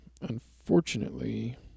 unfortunately